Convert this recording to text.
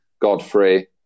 Godfrey